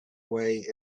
way